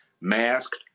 masked